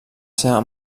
seva